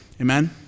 Amen